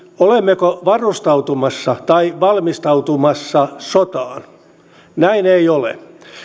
olemmeko varustautumassa tai valmistautumassa sotaan näin ei ole